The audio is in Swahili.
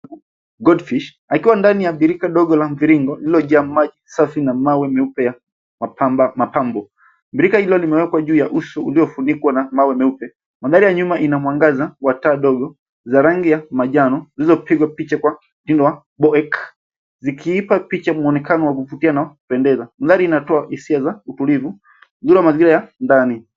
Goldfish , akiwa ndani ya birika dogo la mviringo, lililojaa maji safi na mawe meupe ya mapambo. Birika hilo limewekwa juu ya uso uliofunikwa na mawe meupe. Mandhari ya nyuma ina mwangaza wa taa ndogo, wa rangi ya manjano, zilizopigwa picha kwa mtindo wa boic , zikiippa picha mwonekano wa kuvutia na kupendeza. Mandhari inatoa hisia za utulivu mazingira ya ndani.